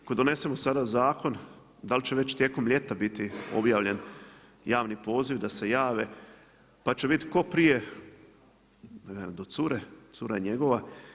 Ako donesemo sada zakon da li će već tijekom ljeta biti objavljen javni poziv da se jave pa će bit tko prije do cure, cura je njegova.